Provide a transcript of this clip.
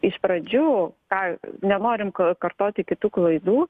iš pradžių ką nenorim kartoti kitų klaidų